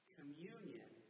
Communion